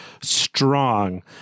strong